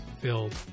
filled